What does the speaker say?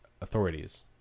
authorities